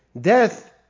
death